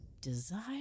desire